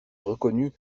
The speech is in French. reconnu